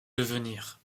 devenir